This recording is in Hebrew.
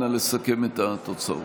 נא לסכם את התוצאות.